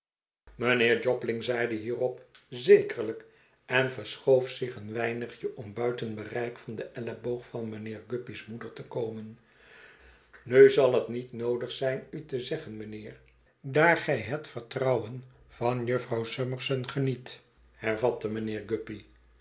jobling zeide hierop zekerlijk en verschoof zich een weinigje om buiten bereik van den elleboog van mijnheer guppy's moeder te komen nu zal het niet noodig zijn u te zeggen mijnheer daar gij het vertrouwen van jufvrouw summerson geniet